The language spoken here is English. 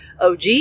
OG